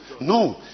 no